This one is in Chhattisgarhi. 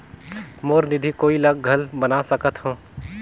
मोर निधि कोई ला घल बना सकत हो?